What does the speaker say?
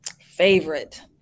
Favorite